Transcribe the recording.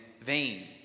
vain